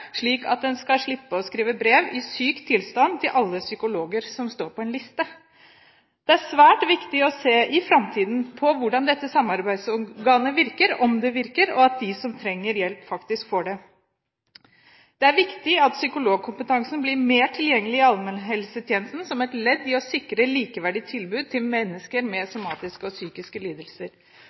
slik at man skal slippe å skrive brev, i syk tilstand, til alle psykologer som står på en liste. Det er svært viktig i framtiden å se på hvordan samarbeidsorganet virker, om det virker og om de som trenger hjelp, faktisk får det. Det er viktig at psykologkompetansen blir mer tilgjengelig i allmennhelsetjenesten som et ledd i å sikre likeverdige tilbud til mennesker med somatiske og psykiske lidelser.